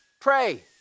Pray